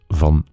van